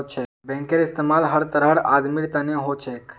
बैंकेर इस्तमाल हर तरहर आदमीर तने हो छेक